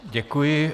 Děkuji.